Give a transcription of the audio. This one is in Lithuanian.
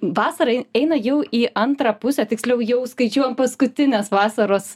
vasara eina jau į antrą pusę tiksliau jau skaičiuojam paskutines vasaros